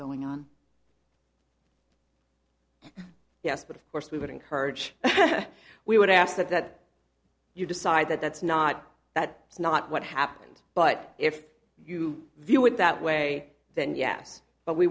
going on yes but of course we would encourage we would ask that you decide that that's not that is not what happened but if you view it that way then yes but we